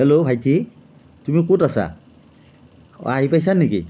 hello ভাইটি তুমি ক'ত আছা অ আহি পাইছা নেকি